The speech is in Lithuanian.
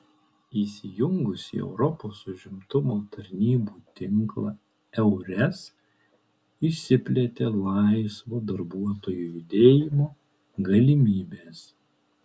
įsijungus į europos užimtumo tarnybų tinklą eures išsiplėtė laisvo darbuotojų judėjimo galimybės